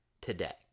today